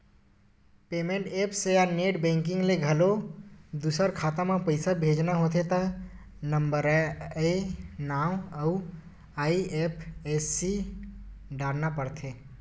payment apps या net banking ले घलो दूसर खाता म पइसा भेजना होथे त नंबरए नांव अउ आई.एफ.एस.सी डारना परथे